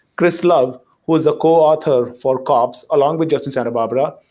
chris love was a coauthor for kops along with justin santa barbara.